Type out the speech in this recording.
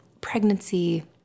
pregnancy